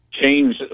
change